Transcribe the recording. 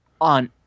on